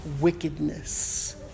wickedness